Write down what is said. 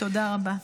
תודה רבה.